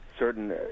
certain